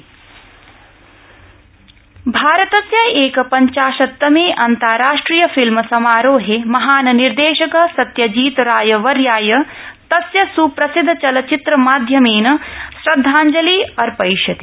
फिल्मोत्सव सत्यजीतर भारतस्य एकपञ्चाशत्तमे अन्ताराष्ट्रिय फिल्म समारोहे महान् निर्देशक सत्यजीतराय वर्याय तस्य सुप्रसिदध चलचित्रमाध्यमेन श्रदधाजलि अर्पयिष्यते